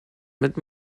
mit